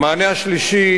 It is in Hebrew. המענה השלישי